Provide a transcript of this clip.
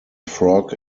frog